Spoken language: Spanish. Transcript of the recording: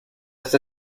este